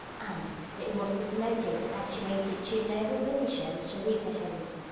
and it was this motive that actuated two noble venetians to leave their homes,